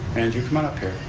andrew, come on up here,